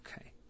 Okay